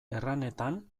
erranetan